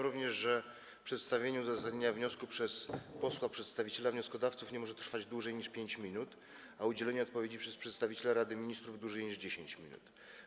również, że przedstawienie uzasadnienia wniosku przez posła przedstawiciela wnioskodawców nie może trwać dłużej niż 5 minut, a udzielenie odpowiedzi przez przedstawiciela Rady Ministrów - dłużej niż 10 minut.